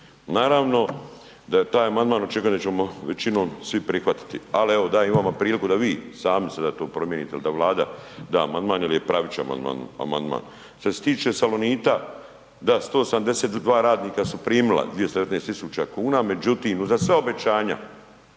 Naravno da taj amandman očekujemo da ćemo većinom svi prihvatiti, ali evo, da imamo priliku da vi sami sada to promijenite ili da Vlada da amandman jer je pravičan amandman. Što se tiče Salonita, da, 172 radnika su primila 219 tisuća kuna, međutim, za sva obećanja